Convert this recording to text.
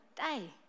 day